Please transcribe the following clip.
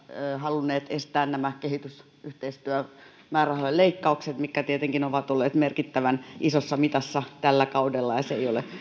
halunneet estää nämä kehitysyhteistyömäärärahojen leikkaukset mitkä tietenkin ovat olleet merkittävän isossa mitassa tällä kaudella ja se ei ole